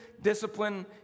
discipline